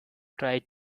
tried